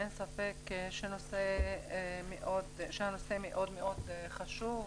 אין ספק שהנושא מאוד מאוד חשוב,